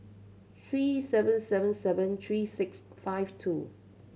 three seven seven seven three six five two